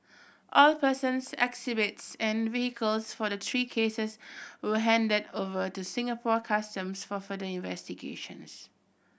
all persons exhibits and vehicles for the three cases were handed over to Singapore Customs for further investigations